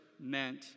meant